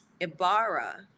Ibarra